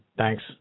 Thanks